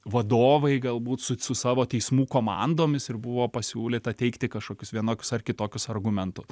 vadovai galbūt su su savo teismų komandomis ir buvo pasiūlyta teikti kažkokius vienokius ar kitokius argumentus